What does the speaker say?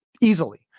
Easily